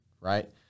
right